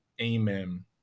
Amen